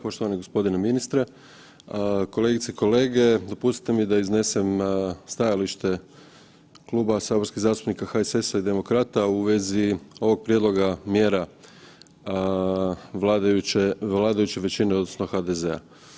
Poštovani gospodine ministre, kolegice i kolege dopustite mi da iznesem stajalište Kluba saborskih zastupnika HSS-a i Demokrata u vezi ovog prijedloga mjera vladajuće većine odnosno HDZ-a.